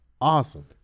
Awesome